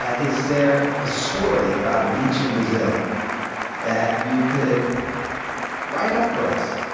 ah is there a story about a beach in brazil that you could write up for us?